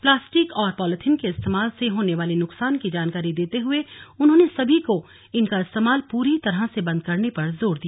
plastic व polythene के इस्तेमाल से होने वाले नुकसान की जानकारी देते हुए उन्होंने सभी को इनका इस्तेमाल पूरी तरह से बंद करने पर जोर दिया